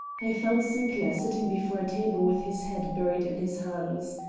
i found sinclair sitting before a table with his head buried in his hands.